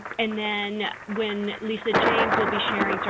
and then, when lisa james will be sharing, sort